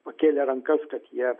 pakėlė rankas kad jie